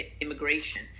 immigration